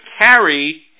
carry